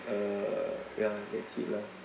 uh ya that's it lah